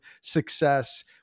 success